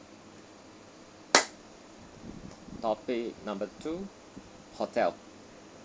topic number two hotel